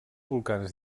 volcans